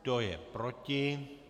Kdo je proti?